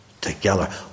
together